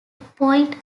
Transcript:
point